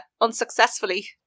unsuccessfully